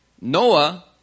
Noah